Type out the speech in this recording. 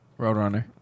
Roadrunner